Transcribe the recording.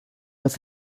was